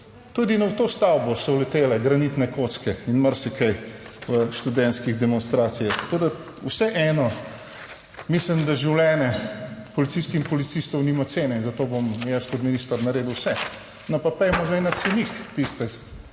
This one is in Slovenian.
tudi na to stavbo so letele granitne kocke in marsikaj v študentskih demonstracijah, tako da vseeno mislim, da življenje policistk in policistov nima cene in zato bom jaz kot minister naredil vse. No, pa pojdimo zdaj na cenik tiste